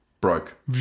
broke